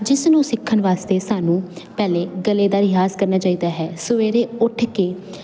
ਜਿਸ ਨੂੰ ਸਿੱਖਣ ਵਾਸਤੇ ਸਾਨੂੰ ਪਹਿਲਾਂ ਗਲੇ ਦਾ ਰਿਆਜ਼ ਕਰਨਾ ਚਾਹੀਦਾ ਹੈ ਸਵੇਰੇ ਉੱਠ ਕੇ